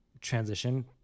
transition